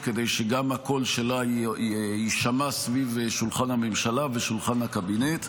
כדי שגם הקול שלה יישמע סביב שולחן הממשלה ושולחן הקבינט.